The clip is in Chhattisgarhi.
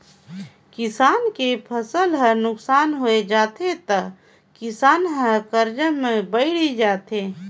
किसान के फसल हर नुकसान होय जाथे त किसान हर करजा में बइड़ जाथे